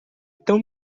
tão